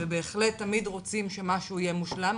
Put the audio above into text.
ובהחלט תמיד רוצים שמשהו יהיה מושלם,